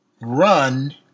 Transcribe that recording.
run